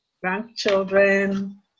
grandchildren